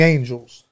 Angels